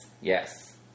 Yes